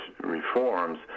reforms